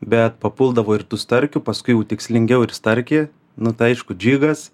bet papuldavo ir tų starkių paskui jau tikslingiau ir starkį nu tai aišku džigas